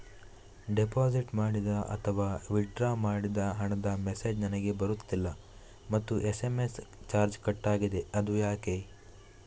Deposit ಮಾಡಿದ ಅಥವಾ withdraw ಮಾಡಿದ ಹಣದ ಮೆಸೇಜ್ ನನಗೆ ಬರುತ್ತಿಲ್ಲ ಮತ್ತು ಎಸ್.ಎಂ.ಎಸ್ ಚಾರ್ಜ್ ಕಟ್ಟಾಗಿದೆ ಅದು ಯಾಕೆ?